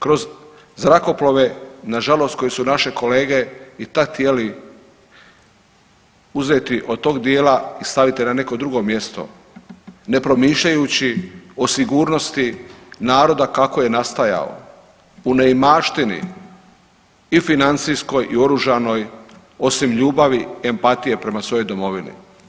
Kroz zrakoplove na žalost koje su naše kolege i tad htjeli uzeti od tog dijela i staviti na neko drugo mjesto ne promišljajući o sigurnosti naroda kako je nastajao, u neimaštini i financijskoj i oružanoj osim ljubavi i empatije prema svojoj Domovini.